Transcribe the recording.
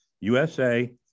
USA